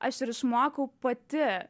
aš ir išmokau pati